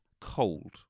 cold